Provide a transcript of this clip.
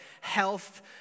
health